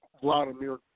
Vladimir